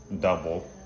double